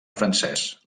francès